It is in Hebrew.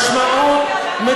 המשמעות,